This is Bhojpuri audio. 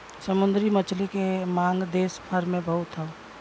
समुंदरी मछली के मांग देस भर में बहुत हौ